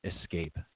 escape